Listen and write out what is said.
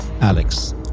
Alex